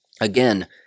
again